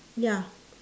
ya